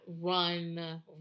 run